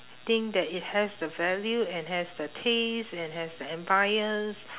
think that it has the value and has the taste and has the ambience